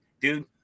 dude